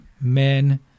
Men